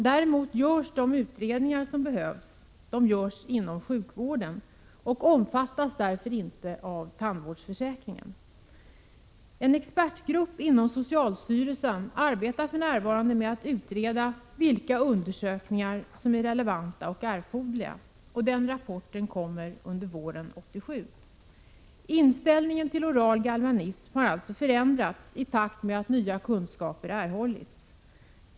Däremot görs de utredningar som behövs inom sjukvården och omfattas därför inte av tandvårdsförsäkringen. En expertgrupp inom socialstyrelsen arbetar för närvarande med att utreda vilka undersökningar som är relevanta och erforderliga, och den rapporten kommer under våren 1987. Inställningen till oral galvanism har alltså förändrats i takt med att nya kunskaper erhållits.